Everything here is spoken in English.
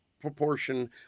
proportion